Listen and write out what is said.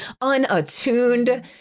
Unattuned